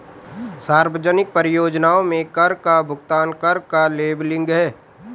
सार्वजनिक परियोजनाओं में कर का भुगतान कर का लेबलिंग है